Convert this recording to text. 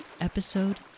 Episode